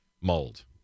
mold